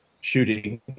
shooting